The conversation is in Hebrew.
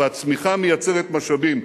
והצמיחה מייצרת משאבים.